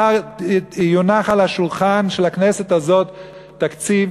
מחר יונח על שולחן הכנסת הזאת תקציב